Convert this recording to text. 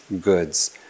goods